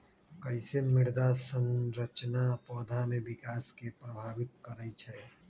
कईसे मृदा संरचना पौधा में विकास के प्रभावित करई छई?